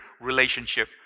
relationship